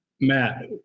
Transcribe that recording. Matt